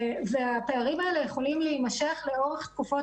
והפערים האלה יכולים להמשך לאורך תקופות